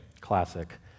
Classic